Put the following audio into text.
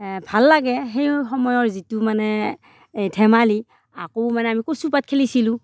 ভাল লাগে সেই সময়ৰ যিটো মানে এই ধেমালী আকৌ মানে আমি কচুপাত খেলিছিলোঁ